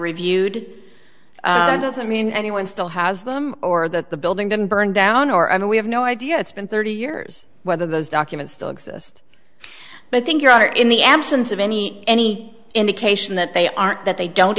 reviewed doesn't mean anyone still has them or that the building didn't burn down or i mean we have no idea it's been thirty years whether those documents still exist but i think your honor in the absence of any any indication that they aren't that they don't